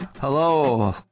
hello